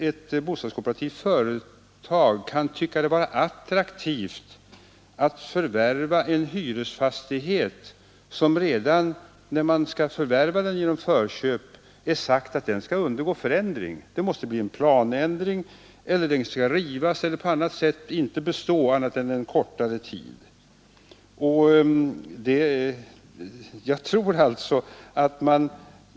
Ett bostadskooperativt företag kan väl knappast tycka att det är attraktivt att förvärva en hyresfastighet om vilken det redan vid förvärvet genom förköp sägs att fastigheten skall undergå förändring, att det kommer att göras en planändring, att den skall rivas eller liknande samt att den bara kommer att bestå en kortare tid.